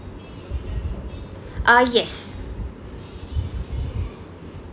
ah yes